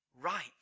right